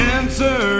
Answer